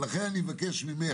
ואני מבקש ממך,